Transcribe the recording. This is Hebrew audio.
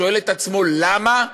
שואל את עצמו למה?